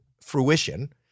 fruition